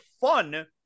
fun